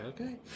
okay